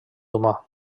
humà